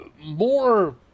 more